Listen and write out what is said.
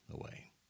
away